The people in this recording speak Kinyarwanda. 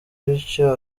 bityo